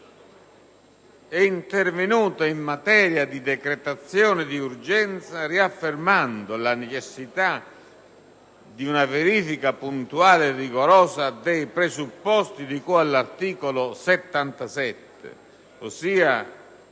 è intervenuta in materia di decretazione di urgenza riaffermando la necessità di una verifica puntuale e rigorosa dei presupposti di cui all'articolo 77, ossia